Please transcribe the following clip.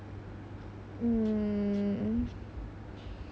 um